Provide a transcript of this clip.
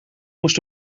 moest